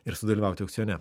ir sudalyvauti aukcione